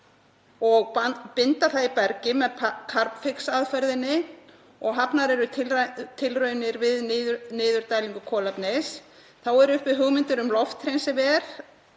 og binda það í bergið með Carbfix-aðferðinni en hafnar eru tilraunir við niðurdælingu kolefnis. Þá eru uppi hugmyndir um lofthreinsiver